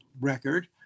record